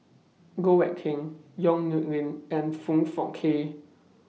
Goh Eck Kheng Yong Nyuk Lin and Foong Fook Kay